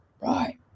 right